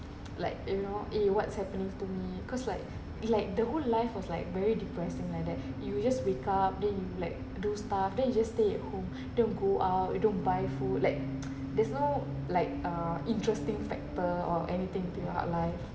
like you know eh what's happening to me cause like like the whole life was like very depressing like that you just wake up then you like do stuff then you just stay at home don't go out you don't buy food like there's no like uh interesting factor or anything to your life